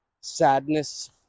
sadness